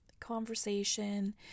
conversation